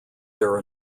their